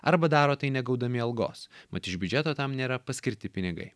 arba daro tai negaudami algos mat iš biudžeto tam nėra paskirti pinigai